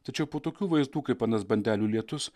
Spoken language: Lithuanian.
tačiau po tokių vaizdų kaip anas bandelių lietus